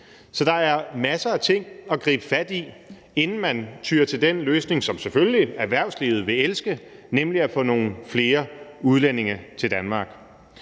Så der er masser af ting at gribe fat i, inden man tyer til den løsning, som erhvervslivet selvfølgelig vil elske, nemlig at få nogle flere udlændinge til Danmark.